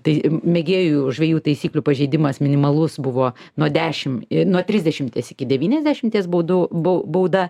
tai mėgėjų žvejų taisyklių pažeidimas minimalus buvo nuo dešim nuo trisdešimties iki devyniasdešimties baudų bau bauda